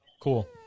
Cool